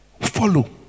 Follow